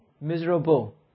miserable